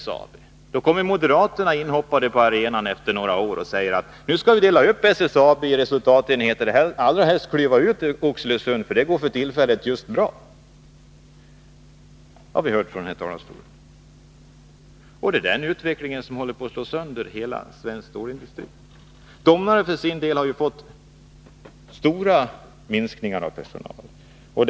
Moderaterna kommer efter några år inhoppande på arenan och säger att vi skall dela upp SSAB i resultatenheter och helst stycka av Oxelösund, eftersom det är en enhet som för tillfället går bra. Det har vi hört från denna talarstol. Det är den utvecklingen som håller på att slå sönder hela den svenska stålindustrin. Vid Domnarvet har det gjorts stora minskningar av personal.